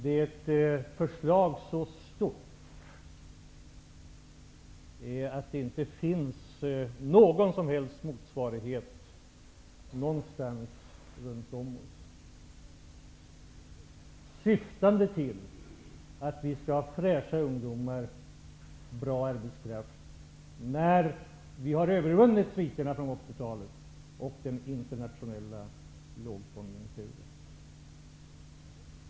Det är ett förslag som är så omfattande att det inte finns någon motsvarighet någonstans. Syftet med förslaget är att vi skall ha fräscha ungdomar och bra arbetskraft när vi har övervunnit sviterna från 80-talet och effekterna av den internationella lågkonjunkturen.